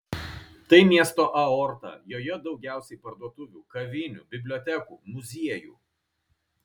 tai miesto aorta joje daugiausiai parduotuvių kavinių bibliotekų muziejų